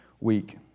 week